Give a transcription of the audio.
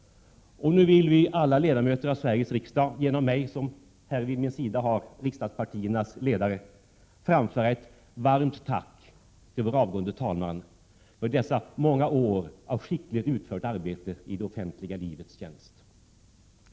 Nu vill vi alla ledamöter av Sveriges riksdag genom mig, som här vid min sida har riksdagspartiernas ledare, framföra ett varmt tack till vår avgående talman för dessa många år av skickligt utfört arbete i det offentliga livets tjänst.